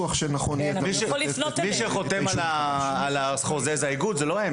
מי שחותם על החוזה הוא האיגוד; לא הם.